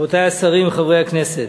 רבותי השרים וחברי הכנסת,